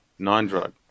non-drug